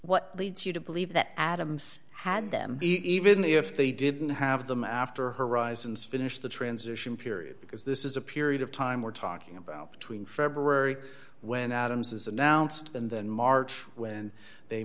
what leads you to believe that adams had them even if they didn't have them after horizons finished the transition period because this is a period of time we're talking about between february when adams is announced and then march when they